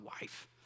wife